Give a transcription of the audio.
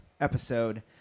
episode